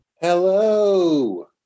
Hello